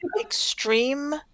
extreme